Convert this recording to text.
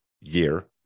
year